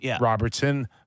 Robertson